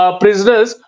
prisoners